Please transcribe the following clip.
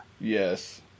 Yes